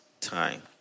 time